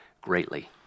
greatly